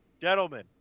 Gentlemen